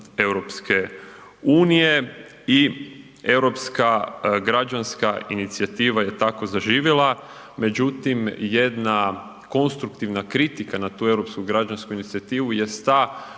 sustav EU i Europska građanska inicijativa je tako zaživjela međutim jedna konstruktivna kritika na tu Europsku građansku inicijativu jest